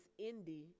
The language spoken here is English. Indie